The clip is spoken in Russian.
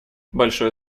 большое